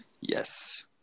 yes